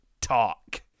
talk